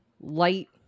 light